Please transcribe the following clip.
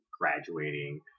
graduating